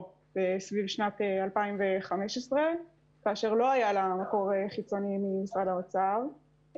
סביב שנת 2015 כאשר לא היה לו מקור חיצוני ממשרד האוצר.